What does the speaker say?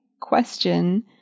question